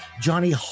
Johnny